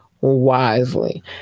wisely